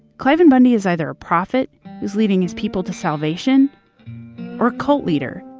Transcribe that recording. cliven bundy is either a prophet is leading his people to salvation or a cult leader,